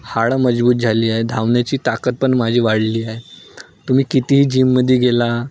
हाडं मजबूत झाली आहे धावण्याची ताकद पण माझी वाढली आहे तुम्ही कितीही जिममध्ये गेला